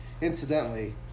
incidentally